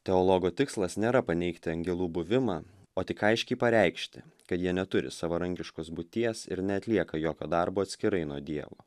teologo tikslas nėra paneigti angelų buvimą o tik aiškiai pareikšti kad jie neturi savarankiškos būties ir neatlieka jokio darbo atskirai nuo dievo